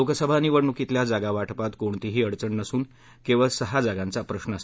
लोकसभा निवडणुकीतल्या जागा वाटपात कोणतीही अडचण नसून केवळ सहा जागांचा प्रश्न आहे